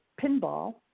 pinball